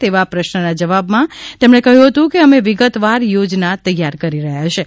તેવા પ્રશ્નના જવાબમાં તેમણે કહ્યું હતું કે અમે વિગતવાર યોજના તૈયાર કરી રહ્યા છીએ